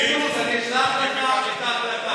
פינדרוס, אני אשלח לך את ההקלטה.